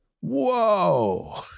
Whoa